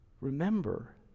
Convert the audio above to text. Remember